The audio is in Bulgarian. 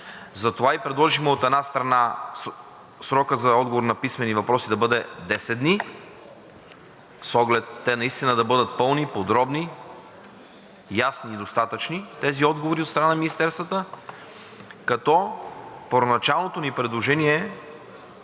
Затова и предложихме, от една страна, срокът за отговор на писмени въпроси да бъде 10 дни, с оглед наистина да бъдат пълни, подробни, ясни и достатъчни тези отговори от страна на министерствата, като първоначалното ни предложение